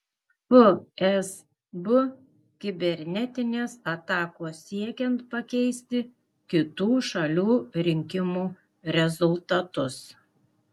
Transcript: fsb kibernetinės atakos siekiant pakeisti kitų šalių rinkimų rezultatus